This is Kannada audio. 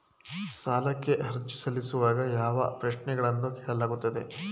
ಸಾಲಕ್ಕೆ ಅರ್ಜಿ ಸಲ್ಲಿಸುವಾಗ ಯಾವ ಪ್ರಶ್ನೆಗಳನ್ನು ಕೇಳಲಾಗುತ್ತದೆ?